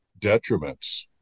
detriments